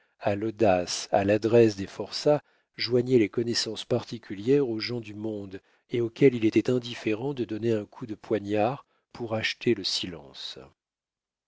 à l'audace à l'adresse des forçats joignaient les connaissances particulières aux gens du monde et auxquels il était indifférent de donner un coup de poignard pour acheter le silence